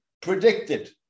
predicted